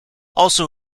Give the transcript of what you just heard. also